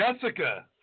Jessica